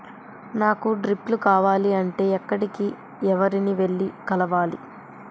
నాకు డ్రిప్లు కావాలి అంటే ఎక్కడికి, ఎవరిని వెళ్లి కలవాలి?